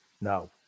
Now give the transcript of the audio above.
no